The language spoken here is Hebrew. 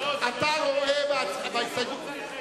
אתה רואה בהסתייגות,